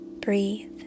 Breathe